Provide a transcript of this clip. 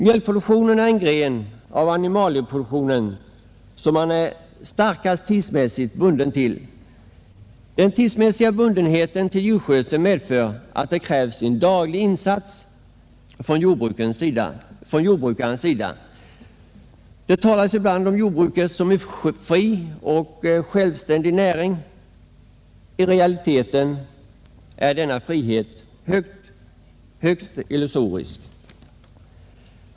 Mjölkproduktionen är den gren av animalieproduktionen, som man är starkast bunden till tidsmässigt. Djurskötseln kräver en daglig insats från jordbrukarens sida. Det talas ibland om jordbruket som en fri och självständig näring. I realiteten är denna frihet högst illusorisk.